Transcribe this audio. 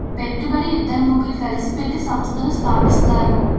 పెట్టుబడి ఇద్దరు ముగ్గురు కలిసి పెట్టి సంస్థను స్థాపిస్తారు